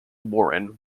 warren